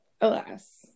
Alas